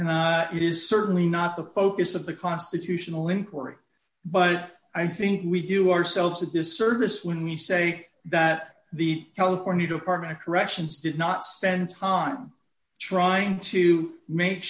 and it is certainly not the focus of the constitutional inquiry but i think we do ourselves a disservice when we say that the california department of corrections did not spend time trying to make